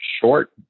short